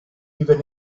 even